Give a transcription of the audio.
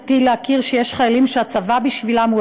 ולמדתי להכיר שיש חיילים שהצבא בשבילם הוא